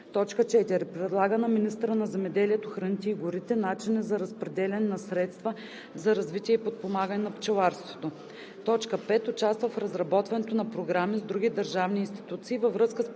4. предлага на министъра на земеделието, храните и горите начини за разпределяне на средства за развитие и подпомагане на пчеларството; 5. участва в разработването на програми с други държавни институции във връзка с